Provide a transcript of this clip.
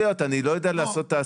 הוכחתי את זה פה,